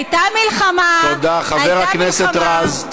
הייתה מלחמה, הייתה מלחמה, תודה, חבר הכנסת רז.